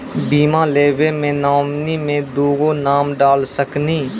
बीमा लेवे मे नॉमिनी मे दुगो नाम डाल सकनी?